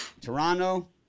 Toronto